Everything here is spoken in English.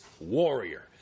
warrior